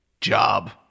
job